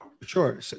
Sure